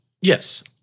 Yes